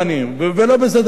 ולא בסדר לגנוב,